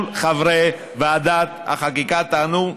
כל חברי ועדת החקיקה טענו: